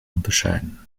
unterscheiden